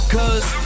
Cause